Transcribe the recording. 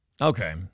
Okay